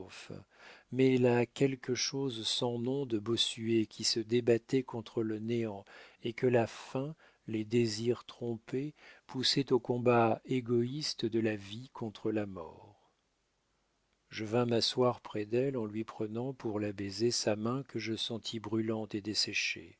mais le quelque chose sans nom de bossuet qui se débattait contre le néant et que la faim les désirs trompés poussaient au combat égoïste de la vie contre la mort je vins m'asseoir près d'elle en lui prenant pour la baiser sa main que je sentis brûlante